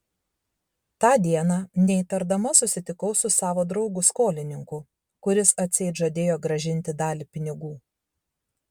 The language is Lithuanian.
tą dieną neįtardama susitikau su savo draugu skolininku kuris atseit žadėjo grąžinti dalį pinigų